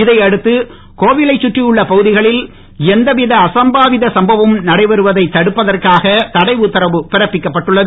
இதை அடுத்து கோவிலை சுற்றி உள்ள பகுதிகளில் எந்தவித அசம்பாவித சம்பவமும் நடைபெறுவதை தடுப்பதற்காக தடை உத்தரவு பிறப்பிக்கப்பட்டுள்ளது